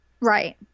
Right